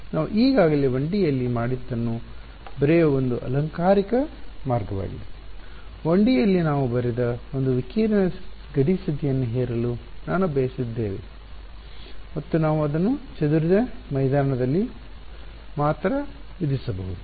ನಾವು ಈಗಾಗಲೇ 1 ಡಿ ಯಲ್ಲಿ ಮಾಡಿದ್ದನ್ನು ಬರೆಯುವ ಒಂದು ಅಲಂಕಾರಿಕ ಮಾರ್ಗವಾಗಿದೆ 1D ಯಲ್ಲಿ ನಾವು ಬರೆದ ಒಂದು ವಿಕಿರಣ ಗಡಿ ಸ್ಥಿತಿಯನ್ನು ಹೇರಲು ನಾವು ಬಯಸಿದ್ದೇವೆ ಮತ್ತು ನಾವು ಅದನ್ನು ಚದುರಿದ ಮೈದಾನದಲ್ಲಿ ಮಾತ್ರ ವಿಧಿಸಬಹುದು